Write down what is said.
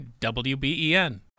WBEN